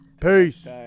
Peace